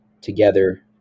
together